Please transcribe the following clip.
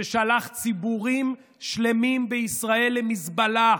שלח ציבורים שלמים בישראל למזבלה.